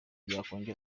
byakongera